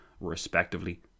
respectively